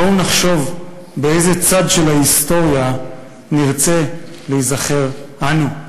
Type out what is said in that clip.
בואו נחשוב באיזה צד של ההיסטוריה נרצה להיזכר אנו.